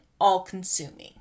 all-consuming